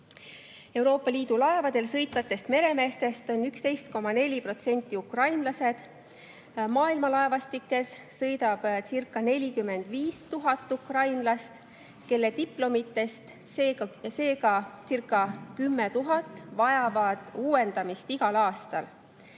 Euroopa Liidu laevadel sõitvatest meremeestest on 11,4% ukrainlased. Maailma laevastikes sõidabcirca45 000 ukrainlast, kelle diplomitest seegacirca10 000 vajab uuendamist igal aastal.